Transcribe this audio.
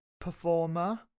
performer